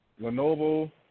Lenovo